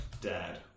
Dad